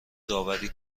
داوری